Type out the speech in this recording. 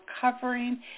covering